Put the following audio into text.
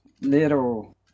little